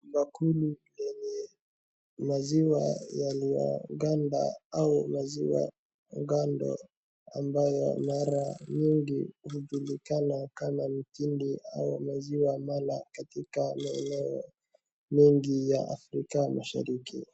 Bakuli lenye maziwa yalioganda au maziwa gando, amabayo mara nyingi hujulikana kama mtindi, ama maziwa mala katika maeneo mengi katika Afrika mashariki.